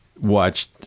watched